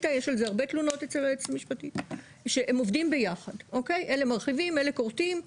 אולי היועץ המשפטי של הוועדה ירחיב על זה,